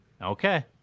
Okay